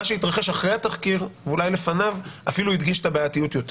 מה שהתרחש אחרי התחקיר ואולי לפניו אפילו הדגיש את הבעייתיות יותר